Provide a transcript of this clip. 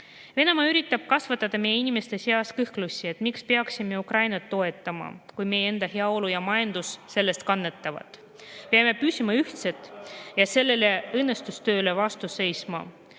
Venemaa üritab kasvatada meie inimeste seas kõhklusi, et miks peaksime Ukrainat toetama, kui meie enda heaolu ja majandus sellest kannatavad. Peame püsima ühtsed ja sellele õõnestustööle vastu seisma.